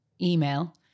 email